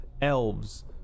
elves